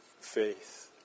Faith